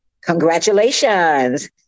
congratulations